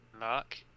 luck